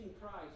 Christ